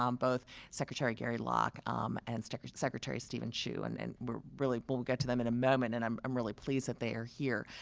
um both secretary gary locke um and secretary secretary steven chu, and and we're really but we'll get to them in a moment. and i'm um really pleased that they are here.